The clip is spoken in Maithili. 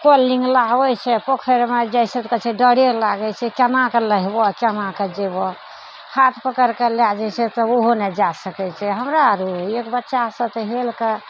पानि लै लऽ आबय छै पोखरिमे जाइ छै तऽ कहय छै डरे लागय छै केना कऽ नहबऽ केना कऽ जेबऽ हाथ पकड़ि कऽ लै जाइ छै तऽ ओहो नहि जा सकय छै हमरा आरो एक बच्चासँ तऽ हेल कऽ